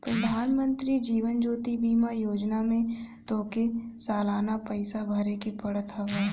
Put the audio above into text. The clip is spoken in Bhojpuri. प्रधानमंत्री जीवन ज्योति बीमा योजना में तोहके सलाना पईसा भरेके पड़त हवे